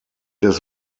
his